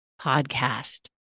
podcast